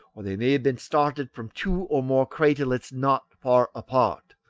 or they may have been started from two or more craterlets not far apart,